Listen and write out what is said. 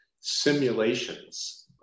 simulations